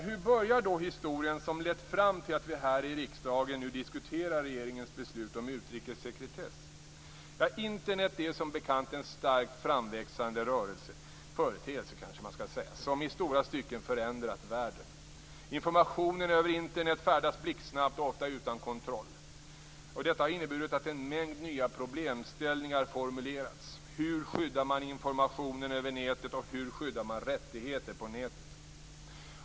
Hur börjar då historien som lett fram till att vi här i riksdagen diskuterar regeringens beslut om utrikessekretess? Internet är som bekant en starkt framväxande företeelse som i stora stycken förändrat världen. Informationen över Internet färdas blixtsnabbt och ofta utan kontroll. Detta har inneburit att en mängd nya problemställningar formulerats. Hur skyddar man informationen över nätet, och hur skyddar man rättigheter på nätet?